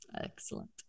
excellent